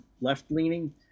left-leaning